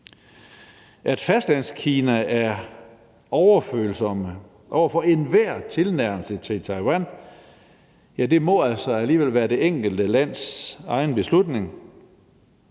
at Fastlandskina er overfølsomme over for enhver tilnærmelse til Taiwan, må det altså alligevel være det enkelte lands beslutning